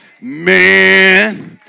Man